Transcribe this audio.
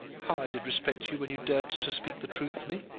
how i did respect you when you dared to speak the truth to me.